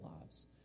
lives